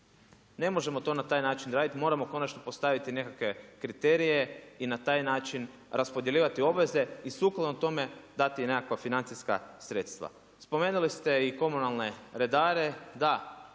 Ne možemo to na taj način raditi moramo konačno postaviti nekakve kriterije i na taj način raspodjeljivati obveze i sukladno tome dati nekakva financijska sredstva. Spomenuli ste i komunalne redare, da,